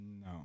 No